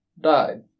died